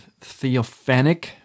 theophanic